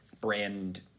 brand